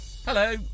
Hello